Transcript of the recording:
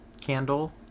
candle